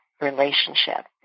relationship